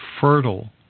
fertile